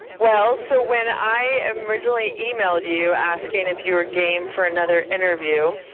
well so when i um originally emailed you asking if you were game for another interview,